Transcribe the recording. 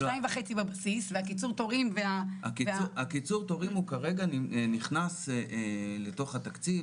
ה-2.5 בבסיס והקיצור תורים --- קיצור התורים כרגע נכנס לתוך התקציב,